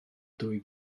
dwy